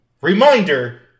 reminder